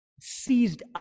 seized